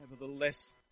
Nevertheless